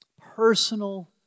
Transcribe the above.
personal